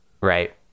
right